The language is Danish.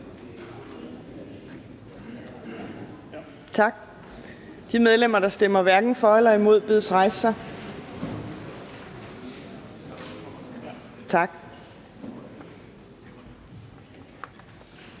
Tak. De medlemmer, der stemmer hverken for eller imod bedes rejse